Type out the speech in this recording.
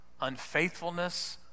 unfaithfulness